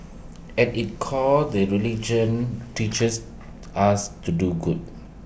at its core the religion teaches us to do good